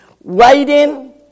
waiting